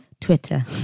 Twitter